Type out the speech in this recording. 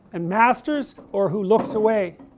and masters, or who looks away